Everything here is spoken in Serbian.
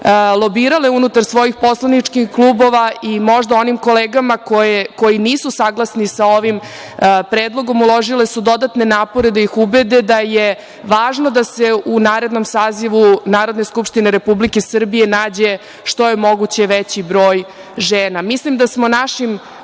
lobirale unutar svojih poslaničkih klubova i možda onim kolegama koji nisu saglasni sa ovim predlogom uložile su dodatne napore da ih ubede da je važno da se u narednom sazivu Narodne skupštine Republike Srbije nađe što je moguće veći broj žena. Mislim da smo našim